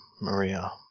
Maria